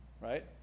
right